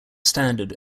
standard